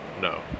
no